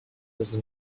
was